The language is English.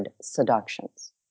seductions